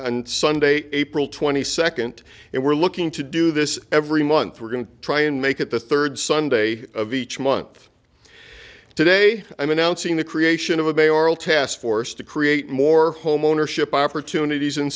and sunday april twenty second and we're looking to do this every month we're going to try and make it the third sunday of each month today i'm announcing the creation of a bay oral task force to create more homeownership opportunities in